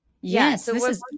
Yes